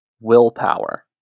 Willpower